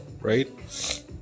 right